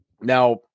Now